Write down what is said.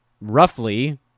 roughly